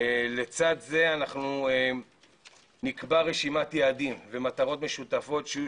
לצד זה אנחנו נקבע רשימת יעדים ומטרות משותפות שיהיו